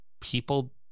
people